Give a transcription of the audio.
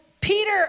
Peter